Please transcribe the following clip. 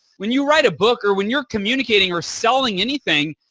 when you write a book or when you're communicating or selling anything,